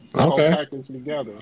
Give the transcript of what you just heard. Okay